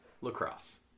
lacrosse